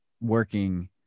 working